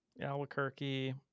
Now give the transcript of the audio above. Albuquerque